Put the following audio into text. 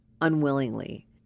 unwillingly